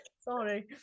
Sorry